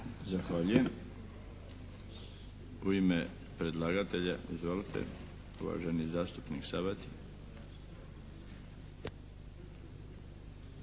Zahvaljujem. U ime predlagatelja, izvolite uvaženi zastupnik Sabati.